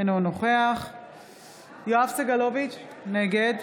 אינו נוכח יואב סגלוביץ' נגד